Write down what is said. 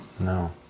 no